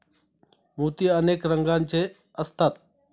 मोती अनेक रंगांचे असतात